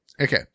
Okay